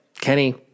Kenny